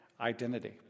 identity